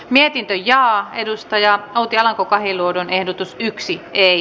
mietintö linjaa edustaja outi alanko kahiluodon ehdotus yksi ei